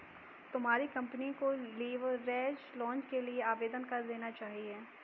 तुम्हारी कंपनी को leveraged loan के लिए आवेदन कर देना चाहिए